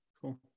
Cool